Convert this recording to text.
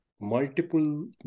multiple